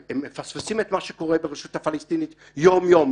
הם מפספסים את מה שקורה ברשות הפלסטינית יום יום,